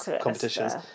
competitions